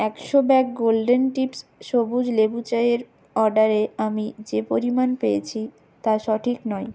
একশো bag golden tips সবুজ লেবু চায়ের অর্ডারে আমি যে পরিমাণ পেয়েছি তা সঠিক নয়